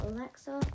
Alexa